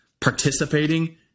participating